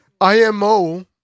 IMO